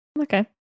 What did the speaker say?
Okay